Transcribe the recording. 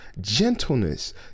gentleness